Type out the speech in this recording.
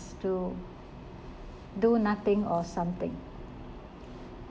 to do nothing or something